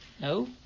No